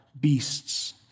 beasts